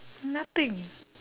nothing